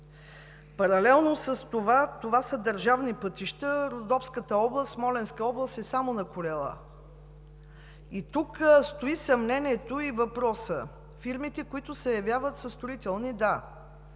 Паралелно с това – това са държавни пътища. Родопска област, Смолянска област е само на колела и тук стои съмнението и въпросът: фирмите, които се явяват, са строителни, да.